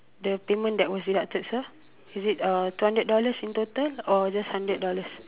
the payment that was deducted sir is it uh two hundred dollars in total or just hundred dollars